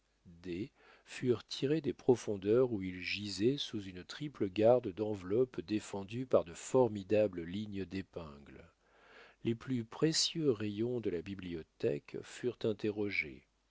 furent tirés des profondeurs où ils gisaient sous une triple garde d'enveloppes défendues par de formidables lignes d'épingles les plus précieux rayons de la bibliothèque furent interrogés